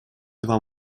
два